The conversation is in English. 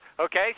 okay